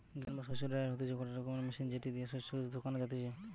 grain বা শস্য dryer হতিছে গটে রকমের মেশিন যেটি দিয়া শস্য কে শোকানো যাতিছে